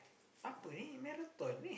apa ini marathon eh